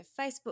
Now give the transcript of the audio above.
Facebook